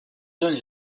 zone